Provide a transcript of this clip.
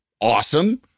awesome